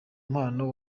mpano